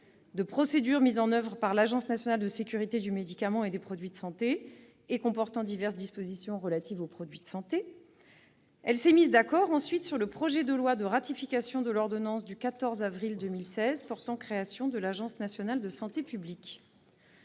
de procédures mises en oeuvre par l'Agence nationale de sécurité du médicament et des produits de santé et comportant diverses dispositions relatives aux produits de santé, d'autre part sur le projet de loi de ratification de l'ordonnance du 14 avril 2016 portant création de l'Agence nationale de santé publique.